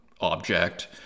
object